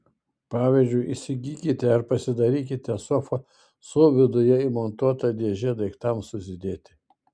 pavyzdžiui įsigykite ar pasidarykite sofą su viduje įmontuota dėže daiktams susidėti